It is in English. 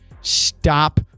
stop